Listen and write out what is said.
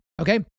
Okay